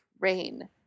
rain